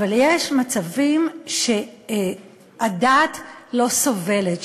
אבל יש מצבים שהדעת לא סובלת,